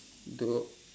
don't